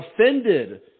offended